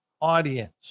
audience